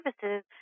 services